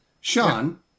Sean